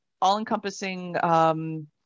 all-encompassing